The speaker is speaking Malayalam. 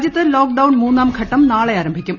രാജ്യത്ത് ലോക്ഏത്ത്ൺ മൂന്നാം ഘട്ടം നാളെ ആരംഭിക്കും